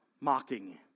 mocking